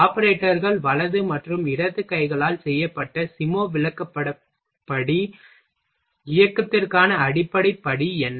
ஆபரேட்டர்கள் வலது மற்றும் இடது கைகளால் செய்யப்பட்ட சிமோ விளக்கப்பட படி படி இயக்கத்திற்கான அடிப்படை படி என்ன